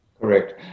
Correct